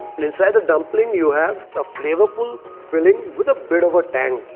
and inside the dumpling you have a flavourful. filling with a bit of a tang.